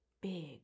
big